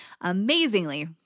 amazingly